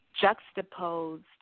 juxtaposed